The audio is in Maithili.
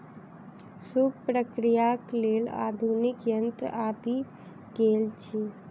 सूप प्रक्रियाक लेल आधुनिक यंत्र आबि गेल अछि